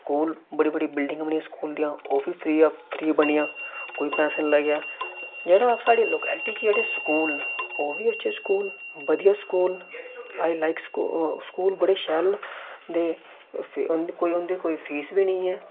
school बड़ी बड़ी building बनी दियां स्कूल दियां ओह् बी फ्री आफ फ्री बनियां कोई पैसा नेईं लाया जेह्ड़ी साढ़ी लोकैल्टी च जेह्ड़े स्कूल न ओह् बी अच्छे स्कूल न बधिया स्कूल न आई लाइक स्कू स्कूल बड़े शैल न ते उंदी कोई उंदी फीस बी नेईं ऐ